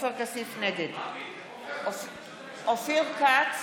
נגד אופיר כץ,